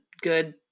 good